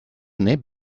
neb